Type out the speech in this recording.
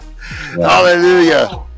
Hallelujah